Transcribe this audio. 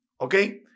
okay